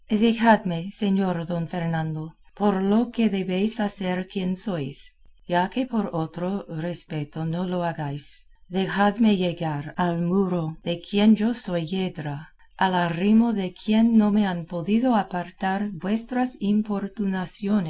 señor don fernando por lo que debéis a ser quien sois ya que por otro respeto no lo hagáis dejadme llegar al muro de quien yo soy yedra al arrimo de quien no me han podido apartar vuestras